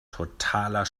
totaler